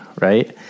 right